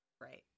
Right